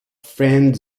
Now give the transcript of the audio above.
friend